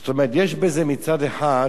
זאת אומרת, יש בזה, מצד אחד,